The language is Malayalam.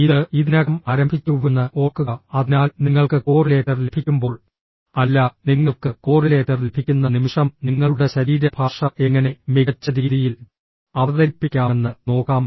ഇത് ഇതിനകം ആരംഭിച്ചുവെന്ന് ഓർക്കുക അതിനാൽ നിങ്ങൾക്ക് കോറിലേറ്റർ ലഭിക്കുമ്പോൾ അല്ല നിങ്ങൾക്ക് കോറിലേറ്റർ ലഭിക്കുന്ന നിമിഷം നിങ്ങളുടെ ശരീരഭാഷ എങ്ങനെ മികച്ച രീതിയിൽ അവതരിപ്പിക്കാമെന്ന് നോക്കാം